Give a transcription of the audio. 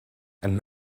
and